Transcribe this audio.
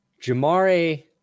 jamare